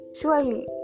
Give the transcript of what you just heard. Surely